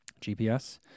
GPS